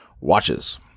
watches